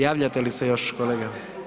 Javljate li se još kolega?